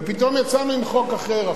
ופתאום יצאנו עם חוק אחר.